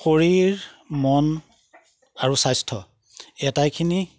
শৰীৰ মন আৰু স্বাস্থ্য আটাইখিনি